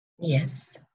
Yes